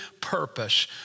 purpose